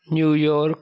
New York